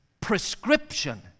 prescription